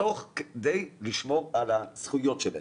ותוך כדי שמירה על הזכויות שלהם.